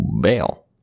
bail